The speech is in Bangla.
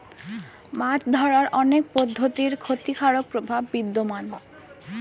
মাছ ধরার অনেক পদ্ধতির ক্ষতিকারক প্রভাব বিদ্যমান